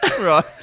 right